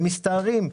הם מסתערים.